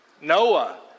noah